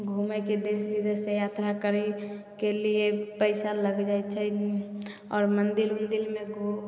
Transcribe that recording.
घूमयके दृष्टि से यात्रा करय केलिए पैसा लग जाइ छै आओर मन्दिर उन्दिरमे तो